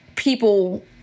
people